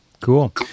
cool